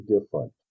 different